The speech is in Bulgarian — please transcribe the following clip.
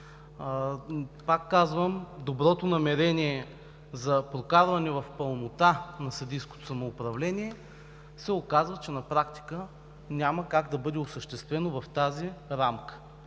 Пак казвам, доброто намерение за прокарване в пълнота на съдийското самоуправление се оказва, че на практика няма как да бъде осъществено в тази рамка.